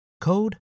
code